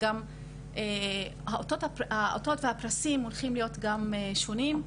גם האותות והפרסים הולכים להיות שונים.